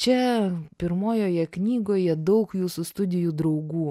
čia pirmojoje knygoje daug jūsų studijų draugų